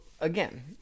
again